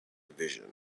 division